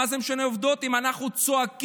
מה זה משנה העובדות אם אנחנו צועקים?